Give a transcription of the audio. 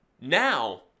now